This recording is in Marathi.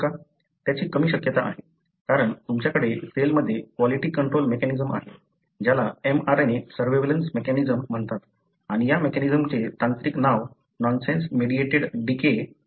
त्याची कमी शक्यता आहे कारण तुमच्याकडे सेलमध्ये क्वालिटी कंट्रोल मेकॅनिझम आहे ज्याला mRNA सर्व्हेलन्स मेकॅनिझम म्हणतात आणि या मेकॅनिझमचे तांत्रिक नाव नॉनसेन्स मिडिएटेड डिके आहे